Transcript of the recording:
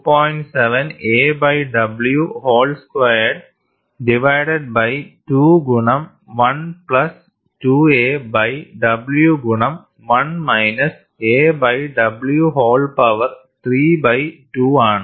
7 a by w whole squared divided by 2 ഗുണം 1 plus 2 a by w ഗുണം 1 minus a by w whole power 3 by 2 ആണ്